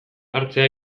hartzea